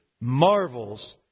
marvels